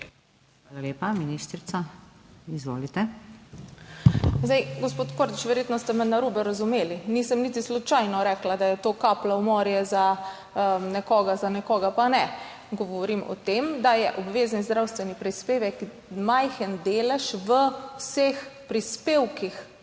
RUPEL (ministrica za zdravje): Gospod Kordiš, verjetno ste me narobe razumeli. Niti slučajno nisem rekla, da je to kaplja v morje za nekoga, za nekoga pa ne. Govorim o tem, da je obvezni zdravstveni prispevek majhen delež v vseh prispevkih